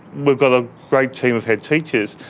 we've got a great team of head teachers,